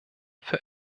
für